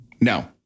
No